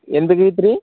ಏನು ಬೇಕಾಗಿತ್ತು ರೀ